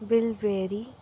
bill berry